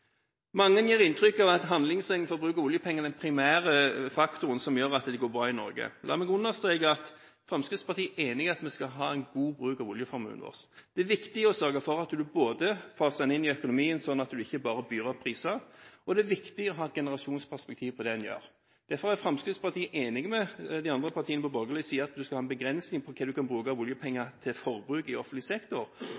Mange gir inntrykk av at handlingsregelen for bruk av oljepengene er den primære faktoren som gjør at det går bra i Norge. La meg understreke at Fremskrittspartiet er enig i at vi skal ha en god bruk av oljeformuen vår. Det er viktig å sørge for at man faser den inn i økonomien, slik at man ikke bare får opp prisene. Det er viktig å ha et generasjonsperspektiv på det man gjør. Derfor er Fremskrittspartiet enig med de andre partiene på borgerlig side i at det skal være en begrensning med hensyn til hvor mye av oljepengene man kan